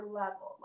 level